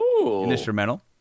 instrumental